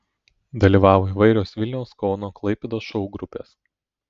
dalyvavo įvairios vilniaus kauno klaipėdos šou grupės